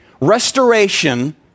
restoration